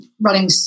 running